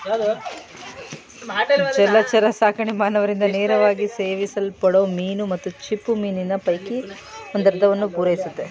ಜಲಚರಸಾಕಣೆ ಮಾನವರಿಂದ ನೇರವಾಗಿ ಸೇವಿಸಲ್ಪಡೋ ಮೀನು ಮತ್ತು ಚಿಪ್ಪುಮೀನಿನ ಪೈಕಿ ಒಂದರ್ಧವನ್ನು ಪೂರೈಸುತ್ತೆ